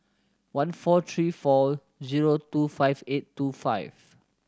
one four three four zero two five eight two five